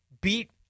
beat